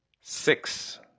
six